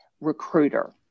recruiter